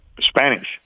Spanish